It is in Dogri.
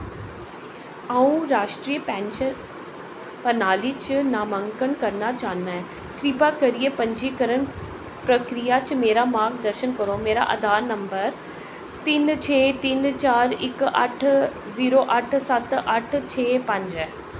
आऊं राश्ट्री पेंशन प्रणाली च नामांकन करना चाह्न्नां कृपा करियै पंजीकरण प्रक्रिया च मेरा मार्गदर्शन करो मेरा आधार नंबर तिन छे तिन चार इक अट्ठ जीरो अट्ठ सत्त अट्ठ छे पंज ऐ